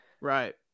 Right